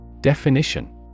Definition